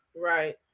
Right